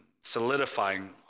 solidifying